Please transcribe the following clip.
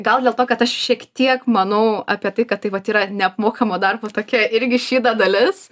gal dėl to kad aš šiek tiek manau apie tai kad tai vat yra neapmokamo darbo tokia irgi šydo dalis